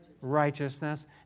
righteousness